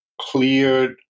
cleared